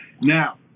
Now